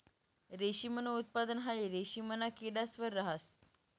रेशमनं उत्पादन हाई रेशिमना किडास वर रहास